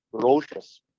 ferocious